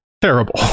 terrible